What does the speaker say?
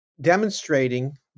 demonstrating